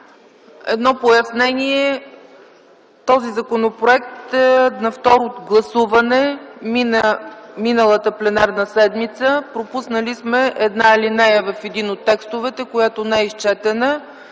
Едно пояснение: този законопроект мина на второ гласуване миналата пленарна седмица. Пропуснали сме една алинея в един от текстовете, която не е изчетена.